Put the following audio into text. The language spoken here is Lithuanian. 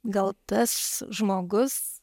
gal tas žmogus